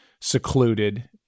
secluded